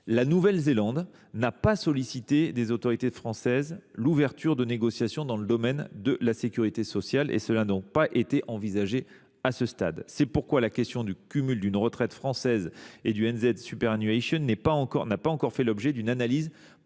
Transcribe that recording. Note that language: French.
La Nouvelle-Zélande n’a pas sollicité des autorités françaises l’ouverture de négociations dans le domaine de la sécurité sociale. Cela n’a donc pas été envisagé à ce stade. C’est pourquoi la question du cumul d’une retraite française et du n’a pas encore fait l’objet d’une analyse